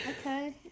okay